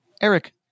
Eric